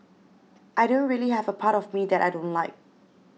I don't really have a part of me that I don't like